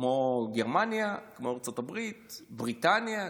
כמו גרמניה, כמו ארצות הברית, בריטניה.